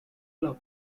club